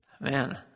man